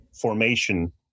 Formation